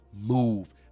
move